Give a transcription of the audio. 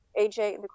AJ